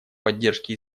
поддержке